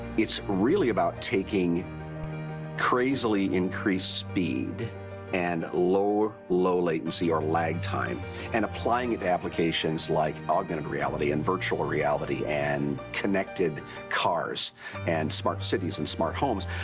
it's really about taking crazily increased speed and low low latency or lag time and applying it to applications like augmented reality and virtual reality and connected cars and smart cities and smart homes.